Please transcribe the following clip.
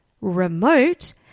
remote